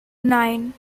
nine